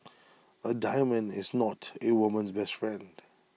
A diamond is not A woman's best friend